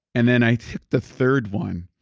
and then i took the third one.